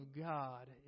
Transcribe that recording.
God